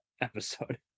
episode